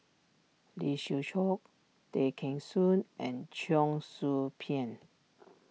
Lee Siew Choh Tay Kheng Soon and Cheong Soo Pieng